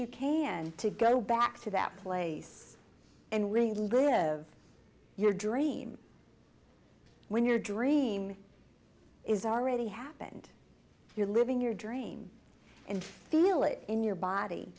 you can to go back to that place and really live your dream when your dream is already happened you're living your dream and feel it in your body